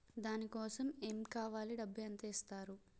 దాని కోసం ఎమ్ కావాలి డబ్బు ఎంత ఇస్తారు?